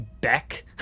beck